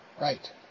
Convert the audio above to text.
right